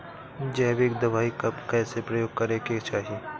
जैविक दवाई कब कैसे प्रयोग करे के चाही?